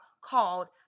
called